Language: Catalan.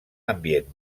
ambient